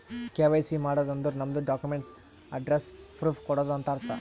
KYC ಮಾಡದ್ ಅಂದುರ್ ನಮ್ದು ಡಾಕ್ಯುಮೆಂಟ್ಸ್ ಅಡ್ರೆಸ್ಸ್ ಪ್ರೂಫ್ ಕೊಡದು ಅಂತ್ ಅರ್ಥ